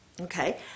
Okay